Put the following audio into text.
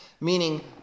Meaning